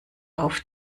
auf